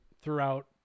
throughout